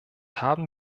haben